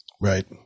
Right